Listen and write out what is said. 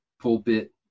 pulpit